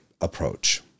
approach